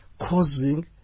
causing